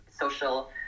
social